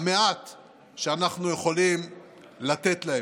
המעט שאנחנו יכולים לתת להם.